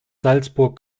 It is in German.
salzburg